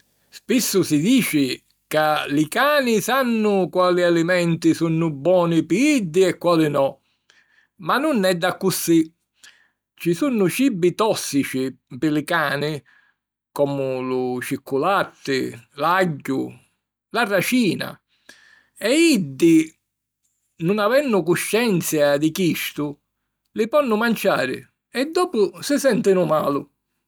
Spissu si dici ca "li cani sannu quali alimenti sunnu boni pi iddi e quali no". Ma nun è d'accussì. Ci sunnu cibi tòssici pi li cani (comu lu cicculatti, l’agghiu, la racina) e iddi, nun avennu cuscenzia di chistu, li ponnu manciari e dopu si sèntinu mali.